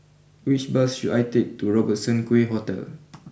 which bus should I take to Robertson Quay Hotel